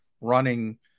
running